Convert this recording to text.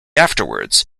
afterwards